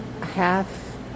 half